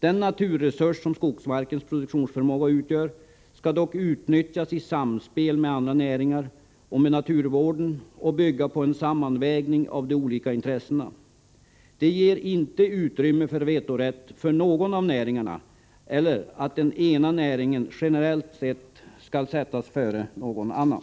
Den naturresurs som skogsmarkens produktionsförmåga utgör skall dock utnyttjas i samspel med andra näringar, liksom fallet är med naturvården, och bygga på en sammanvägning av de olika intressena. Det finns inte utrymme för vetorätt i fråga om någon av näringarna, eller för att den ena näringen generellt skall sättas före någon annan.